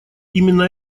именно